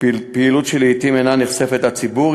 שלעתים אינה נחשפת לציבור.